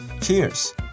Cheers